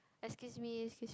excuse me exuse me